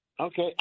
Okay